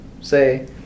Say